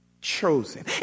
chosen